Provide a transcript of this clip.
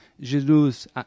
Jesus